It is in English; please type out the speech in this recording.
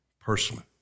personally